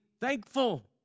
thankful